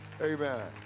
Amen